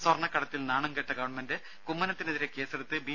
സ്വർണ്ണക്കടത്തിൽ നാണംക്കെട്ട ഗവൺമെന്റ് കുമ്മനത്തിനെതിരെ കേസെടുത്ത് ബി